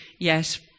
yes